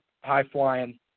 high-flying